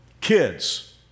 Kids